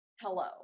hello